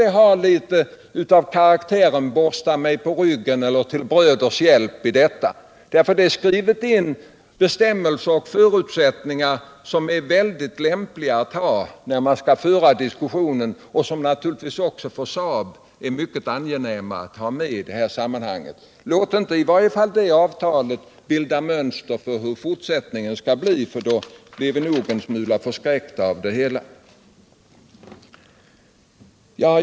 Det har litet grand karaktären av ”Borsta mig på ryggen” eller ”Till bröders hjälp” man har skrivit in bestämmelser och förutsättningar som är väldigt lämpliga att ha när försvarsministern skall föra diskussionen och som för Saab är mycket angenäma att ha med i sammanhanget. Låt i varje fall inte det avtalet bilda mönster för fortsättningen! Då blir vi nog en smula förskräckta!